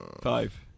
Five